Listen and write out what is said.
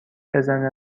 بزنه